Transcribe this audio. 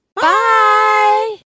Bye